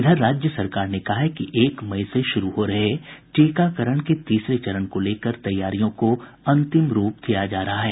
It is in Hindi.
इधर राज्य सरकार ने कहा है कि एक मई से शुरू हो रहे टीकाकरण के तीसरे चरण को लेकर तैयारियों को अंतिम रूप दिया जा रहा है